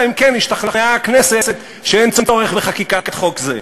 אלא אם כן השתכנעה הכנסת שאין צורך בחקיקת חוק זה".